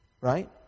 Right